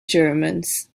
germans